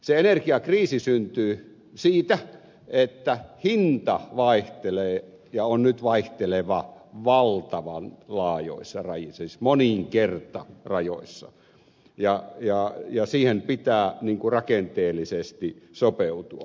se energiakriisi syntyy siitä että hinta vaihtelee ja on nyt vaihteleva valtavan laajoissa rajoissa siis moninkertaisissa rajoissa ja siihen pitää niin kun rakenteellisesti sopeutua